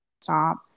stop